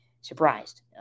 surprised